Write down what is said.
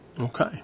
Okay